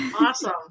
Awesome